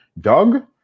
Doug